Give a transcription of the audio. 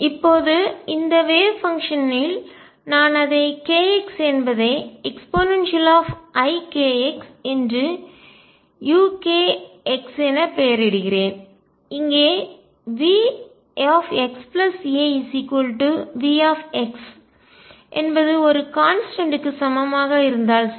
இப்போது இந்த வேவ் பங்ஷன்னில் அலை செயல்பாட்டின் நான் அதை k x என்பதை eikxuk என பெயரிடுகிறேன் இங்கே Vxa V என்பது ஒரு கான்ஸ்டன்ட்க்கு மாறிலி சமமாக இருந்தால் சரி